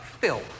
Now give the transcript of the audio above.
Phil